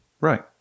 Right